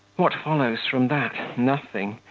what follows from that? nothing.